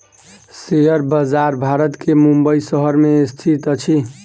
share बजार भारत के मुंबई शहर में स्थित अछि